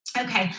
okay,